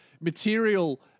material